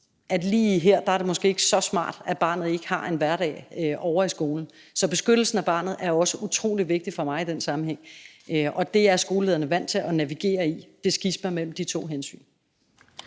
det lige her måske ikke er så smart, at barnet ikke har en hverdag ovre i skolen. Så beskyttelsen af barnet er også utrolig vigtigt for mig i den sammenhæng. Og det skisma mellem de to hensyn